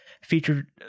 featured